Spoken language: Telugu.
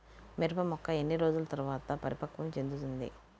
మిరప మొక్క ఎన్ని రోజుల తర్వాత పరిపక్వం చెందుతుంది?